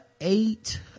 eight